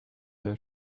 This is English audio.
her